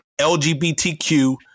LGBTQ